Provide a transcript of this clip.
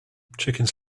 chickens